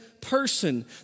person